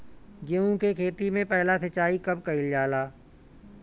गेहू के खेती मे पहला सिंचाई कब कईल जाला?